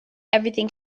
everything